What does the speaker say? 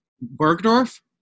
Bergdorf